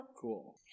Cool